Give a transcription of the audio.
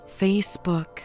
Facebook